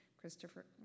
Christopher